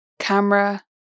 Camera